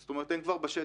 זאת אומרת, הם כבר בשטח.